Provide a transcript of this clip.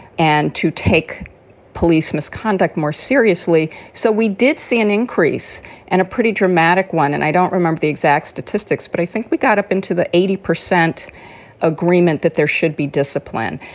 and to take police misconduct more seriously. so we did see an increase and a pretty dramatic one. and i don't remember the exact statistics, but i think we got up into the eighty percent agreement that there should be discipline.